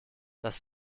das